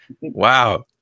Wow